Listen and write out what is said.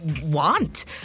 want